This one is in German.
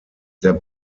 der